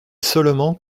seulement